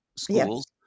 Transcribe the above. schools